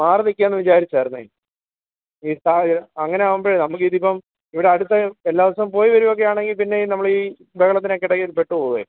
മാറിനിൽക്കാം എന്ന് വിചാരിച്ചായിരുന്നെ ഇപ്പം അങ്ങനെയാവുമ്പഴെ നമുക്കിതിപ്പം ഇവിടെ അടുത്ത് എല്ലാദിവസവും പോയി വരുകയൊക്കെയാണെങ്കിൽ പിന്നെ നമ്മൾ ഈ ബഹളത്തിനൊക്കെ ഇടയിൽ പെട്ടുപോവേ